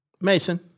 Mason